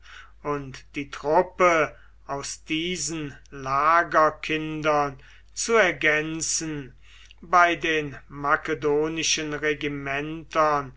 und die truppe aus diesen lagerkindern zu ergänzen bei den makedonischen regimentern